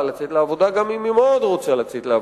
לצאת לעבודה גם אם היא מאוד רוצה בכך.